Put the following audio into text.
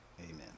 Amen